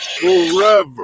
forever